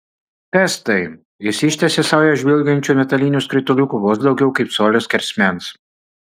kas tai jis ištiesė saują žvilgančių metalinių skrituliukų vos daugiau kaip colio skersmens